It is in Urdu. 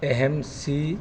اہم سی